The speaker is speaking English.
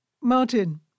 Martin